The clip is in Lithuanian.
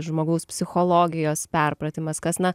žmogaus psichologijos perpratimas kas na